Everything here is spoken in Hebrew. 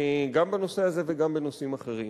גם בנושא הזה וגם בנושאים אחרים,